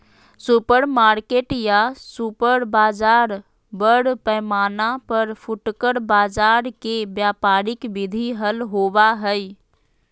supermarket या super बाजार बड़ पैमाना पर फुटकर बाजार के व्यापारिक विधि हल होबा हई